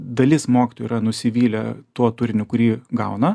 dalis mokytojų yra nusivylę tuo turiniu kurį gauna